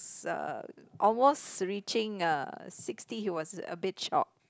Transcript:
uh almost reaching uh sixty he was a bit shocked